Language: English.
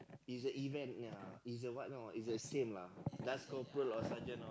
is a event ya is a what know is the same lah just corporate or sergeant loh